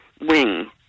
wing